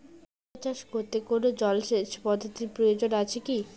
মূলা চাষ করতে কোনো জলসেচ পদ্ধতির প্রয়োজন আছে কী?